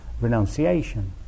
renunciation